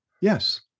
Yes